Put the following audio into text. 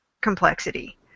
complexity